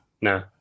No